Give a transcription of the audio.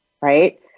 right